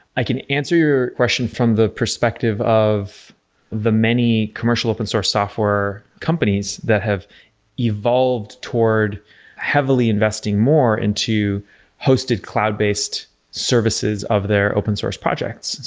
i can answer your question from the perspective of the many commercial open source software companies that have evolved toward heavily investing more into hosted cloud-based services of their open source projects.